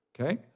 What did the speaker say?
okay